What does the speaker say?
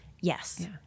Yes